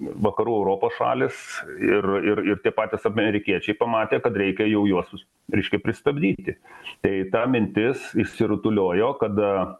vakarų europos šalys ir ir ir tie patys amerikiečiai pamatė kad reikia jau juosius reiškia pristabdyti štai ta mintis išsirutuliojo kada